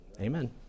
Amen